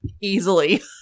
Easily